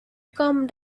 come